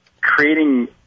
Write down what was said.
creating